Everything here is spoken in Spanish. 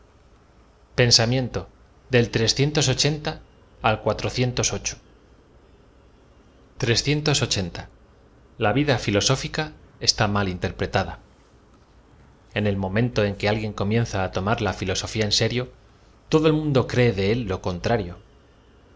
ensa l a vida filosófica está m al interpretada en el momento en que alguien comienza á tomar la ñloeoña en aerio todo el mundo cree de él lo con